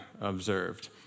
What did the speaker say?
observed